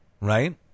right